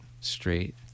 straight